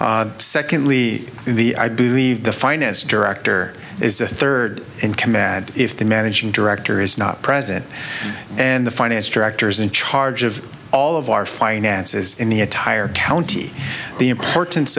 secondly the i believe the finance director is the third in command if the managing director is not present and the finance directors in charge of all of our finances in the entire county the importance